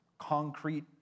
Concrete